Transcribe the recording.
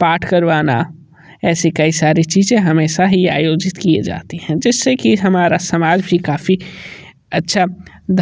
पाठ करवाना ऐसी कई सारी चीज़ें हमेशा ही आयोजित किए जाते हैं जिससे कि हमारा समाज भी काफ़ी अच्छा